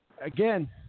again